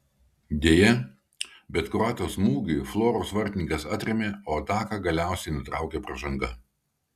deja bet kroato smūgį floros vartininkas atrėmė o ataką galiausiai nutraukė pražanga